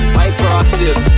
hyperactive